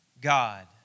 God